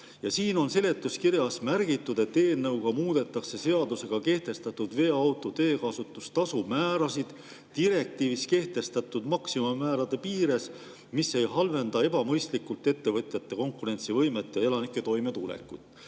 Siin seletuskirjas on märgitud, et eelnõuga muudetakse seadusega kehtestatud veoauto teekasutustasu määrasid direktiivis kehtestatud maksimummäärade piires, [viisil,] mis ei halvenda ebamõistlikult ettevõtjate konkurentsivõimet ja elanike toimetulekut.